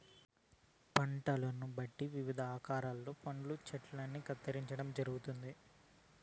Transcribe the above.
పంటలను బట్టి వివిధ ఆకారాలలో పండ్ల చెట్టల్ని కత్తిరించడం జరుగుతుంది